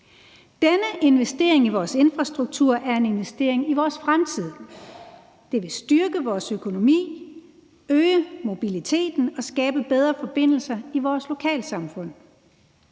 Denne investering i vores infrastruktur er en investering i vores fremtid. Det vil styrke vores økonomi, øge mobiliteten og skabe bedre forbindelser i vores lokalsamfund.